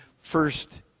first